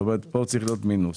זאת אומרת כאן צריך להיות מינוס.